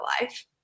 life